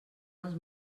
els